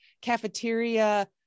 cafeteria